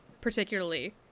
particularly